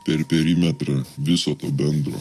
per perimetrą viso bendro